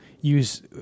use